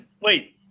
wait